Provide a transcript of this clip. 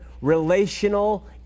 relational